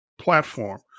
platform